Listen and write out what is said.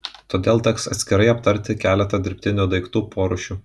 todėl teks atskirai aptarti keletą dirbtinių daiktų porūšių